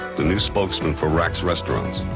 the new spokesperson for rax restaurants.